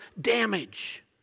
damage